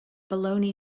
baloney